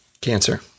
cancer